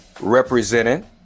represented